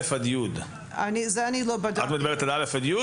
את מדברת על כיתות א'-י'?